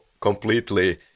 completely